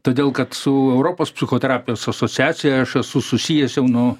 todėl kad su europos psichoterapijos asociacija aš esu susijęs jau nuo